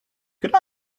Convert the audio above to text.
could